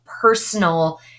personal